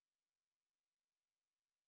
wait wait wait wait wait